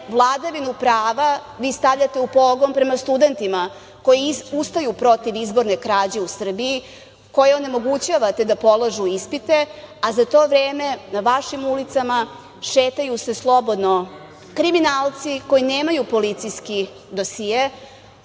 vladavinu prava vi stavljate u pogon prema studentima koji ustaju protiv izborne krađe u Srbiji, koje onemogućavate da polažu ispite, a za to vreme na vašim ulicama šetaju se slobodno kriminalci koji nemaju policijski dosije,